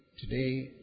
today